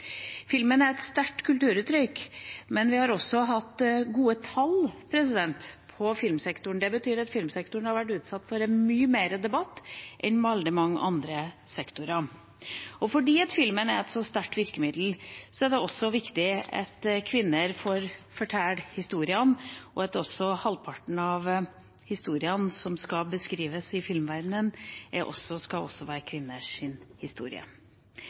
Filmen er et sterkt kulturuttrykk, men vi har også hatt gode tall på filmsektoren. Filmsektoren har vært utsatt for mye mer debatt enn veldig mange andre sektorer. Fordi filmen er et så sterkt virkemiddel, er det viktig at kvinner får fortelle historier, og at halvparten av historiene som skal beskrives i filmverdenen, skal være kvinners historie. Vi ser også